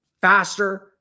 faster